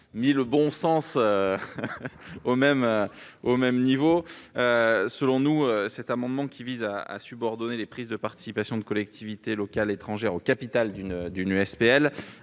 du bon sens ... Selon nous, cet amendement, qui vise à subordonner les prises de participation de collectivités locales étrangères au capital d'une SPL